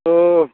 अ